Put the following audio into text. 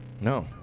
No